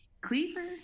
Cleaver